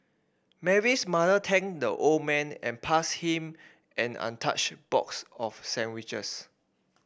Mary's mother thanked the old man and passed him an untouched box of sandwiches